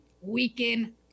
weaken